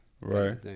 Right